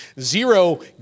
zero